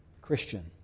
Christian